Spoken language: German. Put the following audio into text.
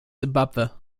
simbabwe